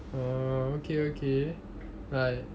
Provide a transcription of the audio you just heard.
orh okay okay like